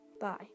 Bye